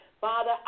Father